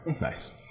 Nice